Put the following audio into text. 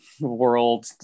world